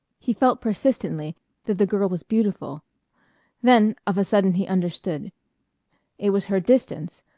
he felt persistently that the girl was beautiful then of a sudden he understood it was her distance,